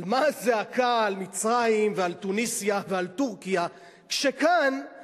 מה הזעקה על מצרים ועל תוניסיה ועל טורקיה כשכאן